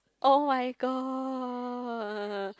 oh-my-god